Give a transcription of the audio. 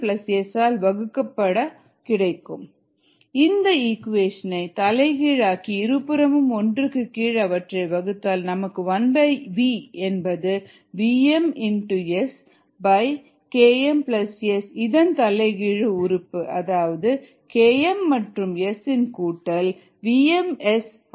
vvmSKmS இந்த equation ஐ தலைகீழாக்கி இருபுறமும் ஒன்றுக்கு கீழ் அவற்றை வகுத்தால் நமக்கு 1v என்பது vmSKmSஇன் தலைகீழான உறுப்பு அதாவது Km மற்றும்S இன் கூட்டல் VmS ஆல் வகுக்கப்படும்